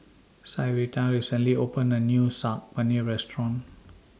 Syreeta recently opened A New Saag Paneer Restaurant